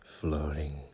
floating